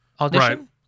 audition